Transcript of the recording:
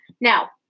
Now